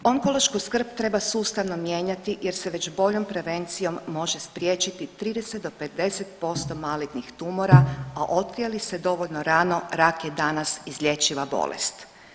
Onkološku skrb treba sustavno mijenjati, jer se već boljom prevencijom može spriječiti 30 do 50% malignih tumora, a otkrije li se dovoljno rano rak je danas izlječiva bolest.